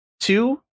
two